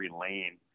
lane